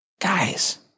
Guys